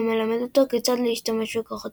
ומלמד אותו כיצד להשתמש בכוחותיו.